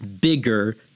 bigger